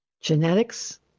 genetics